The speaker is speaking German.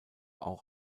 auch